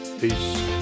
peace